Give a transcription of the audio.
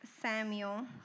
samuel